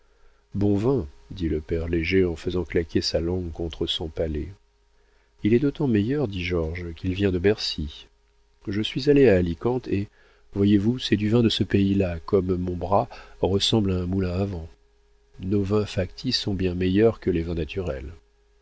bon vin dit le père léger en faisant claquer sa langue contre son palais il est d'autant meilleur dit georges qu'il vient de bercy je suis allé à alicante et voyez-vous c'est du vin de ce pays-là comme mon bras ressemble à un moulin à vent nos vins factices sont bien meilleurs que les vins naturels